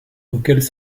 auxquelles